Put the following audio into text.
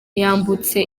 yambutse